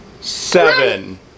Seven